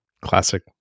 Classic